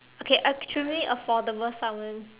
okay extremely affordable Salmon